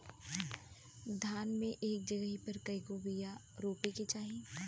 धान मे एक जगही पर कएगो बिया रोपे के चाही?